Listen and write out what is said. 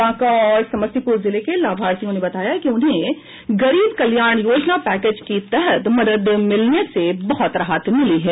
बांका और समस्तीपूर जिले के लाभार्थियों ने बताया कि उन्हें गरीब कल्याण योजना पैकेज के तहत मदद मिलने से बहुत राहत मिली है